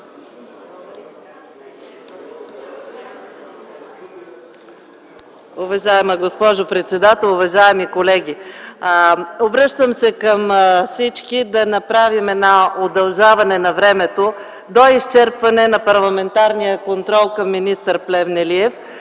Уважаема госпожо председател, уважаеми колеги! Обръщам се към всички – да направим удължаване на времето до изчерпване на парламентарния контрол към министър Плевнелиев,